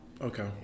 Okay